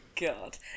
god